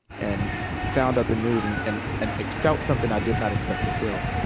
and found out the news and and and felt something i did not expect to feel.